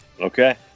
Okay